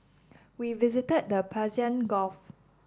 we visited the Persian Gulf